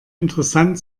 interessant